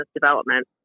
development